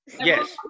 Yes